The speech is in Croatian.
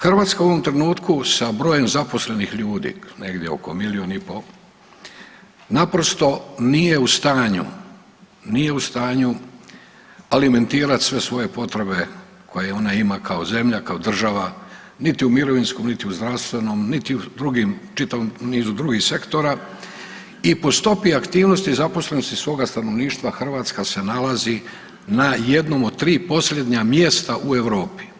Hrvatska u ovom trenutku sa brojem zaposlenih ljudi, negdje oko milijun i pol, naprosto nije u stanju, nije u stanju alimentirat sve svoje potrebe koje ona ima kao zemlja, kao država, niti u mirovinskom, niti u zdravstvenom, niti u drugim, čitavom nizu drugih sektora i po stopi aktivnosti zaposlenosti svoga stanovništva Hrvatska se nalazi na jednom od tri posljednja mjesta u Europi.